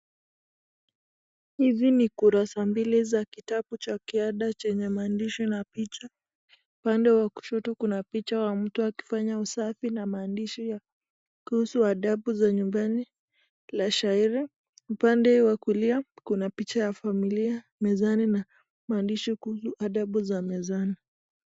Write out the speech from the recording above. Hizi ni kurasa mbili za kitabu cha ziada chenye maandishi na picha. Upande wa kushoto kuna picha wa mtu akifanya usafi na maandishi ya kuhusu adabu za nyumbani la shairi. Upande wa kulia kuna picha ya familia mezani na maandishi kuhusu adabu za mezani.